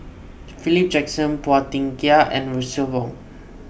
Philip Jackson Phua Thin Kiay and Russel Wong